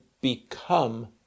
become